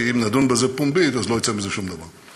כי אם נדון בזה פומבית לא יצא מזה שום דבר.